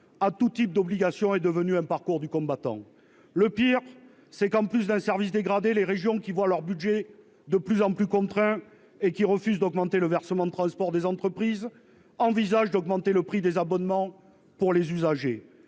à tous types d'obligations est devenu un parcours du combattant, le pire c'est qu'en plus d'un service dégradé les régions qui voient leur budget, de plus en plus contraints et qui refuse d'augmenter le versement transport des entreprises envisagent d'augmenter le prix des abonnements pour les usagers